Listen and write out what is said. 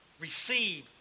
receive